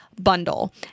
Bundle